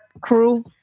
crew